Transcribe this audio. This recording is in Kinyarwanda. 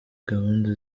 gahunda